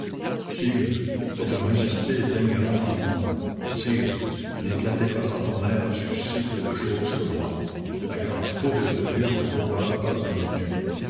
sire votre majesté daignera m'entendre sire n'éclatez pas en tonnerre sur si peu de chose que moi la grande foudre de dieu ne bombarde pas une laitue